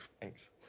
thanks